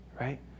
right